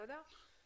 בסדר?